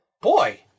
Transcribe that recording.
boy